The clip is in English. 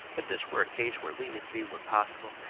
if this were a case where leniency were possible,